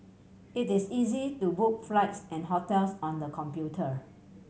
it is easy to book flights and hotels on the computer